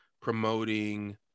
promoting